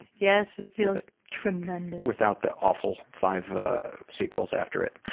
yes, it it feels tremendous. without the awful five ah sequels after it.